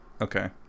Okay